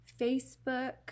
Facebook